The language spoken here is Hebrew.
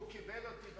הוא קיבל אותי לסוכנות.